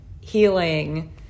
healing